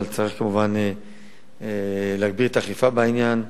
אבל צריך כמובן להגביר את האכיפה בעניין,